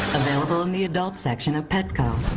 available in the adult section of petco.